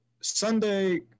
Sunday